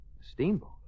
steamboat